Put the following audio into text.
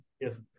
Yes